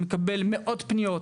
מקבל מאות פניות,